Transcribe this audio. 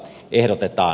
puhemies